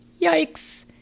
Yikes